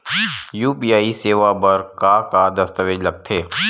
UPI सेवा बर का का दस्तावेज लगथे?